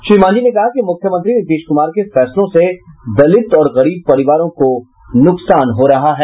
श्री मांझी ने कहा कि मुख्यमंत्री नीतीश कुमार के फैसलों से दलित और गरीब परिवारों को नुकसान हो रहा है